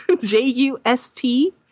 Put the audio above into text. J-U-S-T